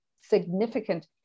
significant